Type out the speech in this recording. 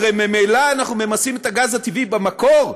הרי ממילא אנחנו ממסים את הגז הטבעי במקור.